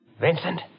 Vincent